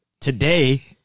today